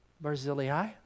Barzillai